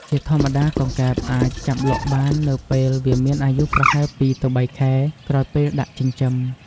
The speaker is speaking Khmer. ជាធម្មតា កង្កែបអាចចាប់លក់បាននៅពេលវាមានអាយុប្រហែល ២ ទៅ ៣ ខែ ក្រោយពេលដាក់ចិញ្ចឹម។